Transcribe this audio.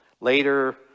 Later